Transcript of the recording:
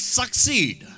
succeed